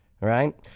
right